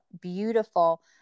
beautiful